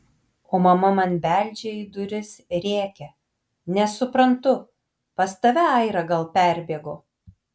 o mama man beldžia į duris rėkia nesuprantu pas tave aira gal perbėgo